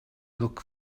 look